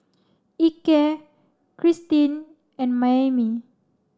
Ike Kristine and Maymie